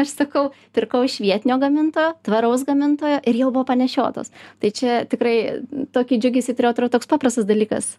aš sakau pirkau iš vietinio gamintojo tvaraus gamintojo ir jau buvo panešiotos tai čia tikrai tokį džiugesį turėjau atrodo toks paprastas dalykas